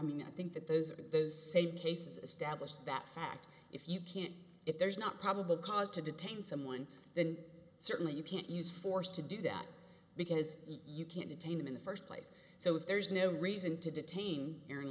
mean i think that those are those same cases establish that that if you can't if there's not probable cause to detain someone then certainly you can't use force to do that because you can't detain them in the first place so there's no reason to detain